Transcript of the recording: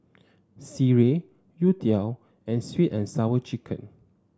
Sireh Youtiao and sweet and Sour Chicken